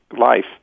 life